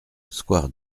square